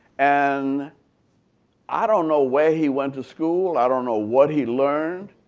and i don't know where he went to school. i don't know what he learned.